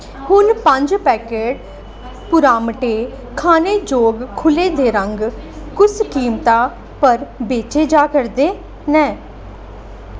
हून पंज पैकट पुरमाटे खाने जोग खुले दे रंग कुस कीमतै पर बेचे जा करदे न